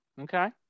Okay